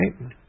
Right